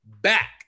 back